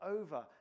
over